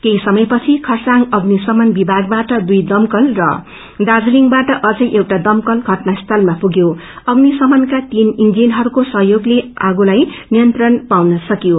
केही समयपछि खरसाङ अग्निशमन विभागबाट दुई दमकल र दार्जीलिङबाट अझै एउटा अमकल घटनास्थलमा पुगयो अग्नि शमनका तीन इंजीनहरूको यहयोगलेआगोमा नियन्त्रण पाउन सकियो